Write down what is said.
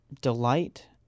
Delight